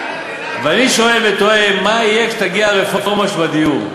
ואני שואל ותוהה מה יהיה כשתגיע הרפורמה בדיור.